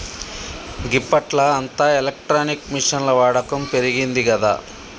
గిప్పట్ల అంతా ఎలక్ట్రానిక్ మిషిన్ల వాడకం పెరిగిందిగదా